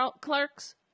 clerks